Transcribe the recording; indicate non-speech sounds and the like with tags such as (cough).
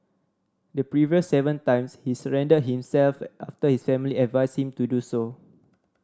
the previous seven times he surrendered himself (unintelligible) his family advised him to do so